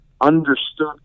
understood